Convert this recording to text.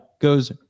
goes